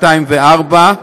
2 ו-4,